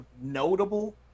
notable